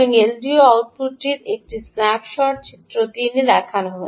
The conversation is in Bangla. এলডিও আউটপুটটির একটি স্ন্যাপশট চিত্র 3 এ দেখানো হয়েছে